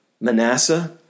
Manasseh